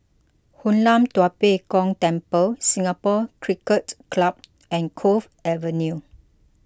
Hoon Lam Tua Pek Kong Temple Singapore Cricket Club and Cove Avenue